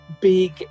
big